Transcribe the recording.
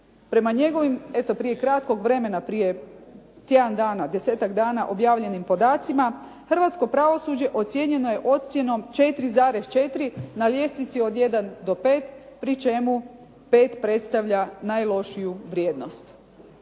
Prema njegovim eto prije kratkog vremena, prije tjedan dana, 10-tak dana objavljenim podacima hrvatsko pravosuđe ocijenjeno je ocjenom 4,4 na ljestvici od 1 od 5 pri čemu 5 predstavlja najlošiju vrijednost.